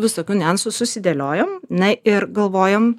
visokių niuansų susidėliojom na ir galvojom